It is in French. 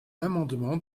amendement